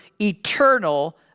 eternal